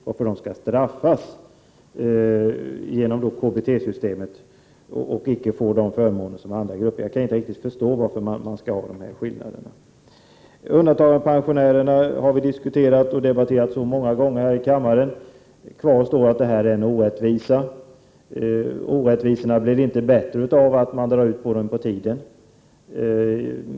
Varför skall de straffas genom KBT-systemet och icke få de förmåner som andra grupper har? Jag kan inte förstå den skillnaden. Undantagandepensionärerna har vi diskuterat många gånger här i kammaren, och kvar står att det finns en orättvisa. Orättvisan blir inte bättre av att den drar ut på tiden.